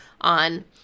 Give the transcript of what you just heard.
on